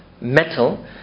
metal